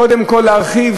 קודם כול להרחיב,